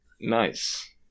Nice